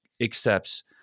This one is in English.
accepts